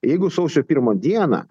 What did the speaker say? jeigu sausio pirmą dieną